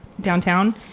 downtown